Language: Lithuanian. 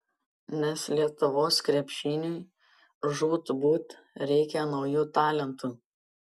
nes lietuvos krepšiniui žūtbūt reikia naujų talentų